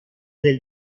del